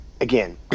again